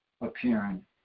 appearing